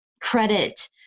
credit